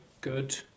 good